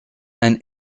and